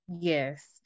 Yes